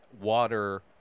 water